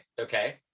okay